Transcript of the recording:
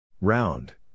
Round